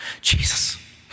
Jesus